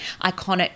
iconic